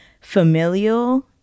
familial